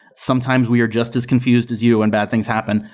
sometimes we are just as confused as you and bad things happen.